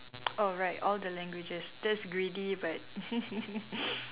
oh right all the languages that's greedy but